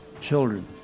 children